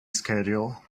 schedule